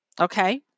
Okay